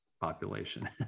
population